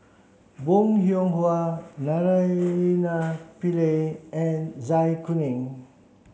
Bong Hiong Hwa Naraina Pillai and Zai Kuning